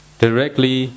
directly